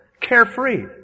carefree